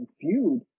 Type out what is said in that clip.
feud